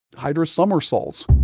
hydra somersaults